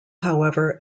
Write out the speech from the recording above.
however